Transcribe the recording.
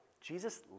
Jesus